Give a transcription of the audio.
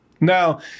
Now